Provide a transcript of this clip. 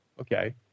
Okay